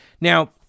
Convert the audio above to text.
Now